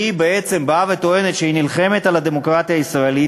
שטוענת שהיא נלחמת על הדמוקרטיה הישראלית,